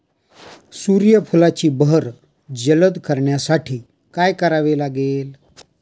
सूर्यफुलाची बहर जलद करण्यासाठी काय करावे लागेल?